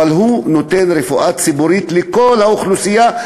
הוא נותן רפואה ציבורית לכל האוכלוסייה,